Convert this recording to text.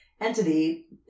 entity